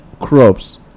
crops